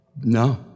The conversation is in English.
No